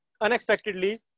unexpectedly